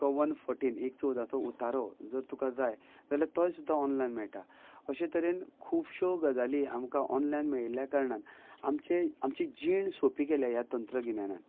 तुका one fourteen एक चवदाचो उतारो जर तुका जाय जाल्यार तोय सुद्दां ऑनलायन मेळटा अशें तरेन खुबश्यो गजाली आमकां ऑनलायन मेळिल्ल्या कारणान आमचे आमचे जीण सोंपी केल्या ह्या तंत्रगिन्यान